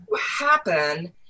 happen